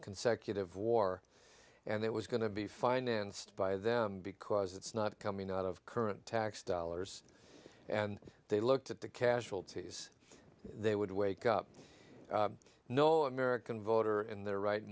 consecutive war and it was going to be financed by them because it's not coming out of current tax dollars and they looked at the casualties they would wake up no american voter in their right